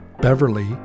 Beverly